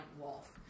wolf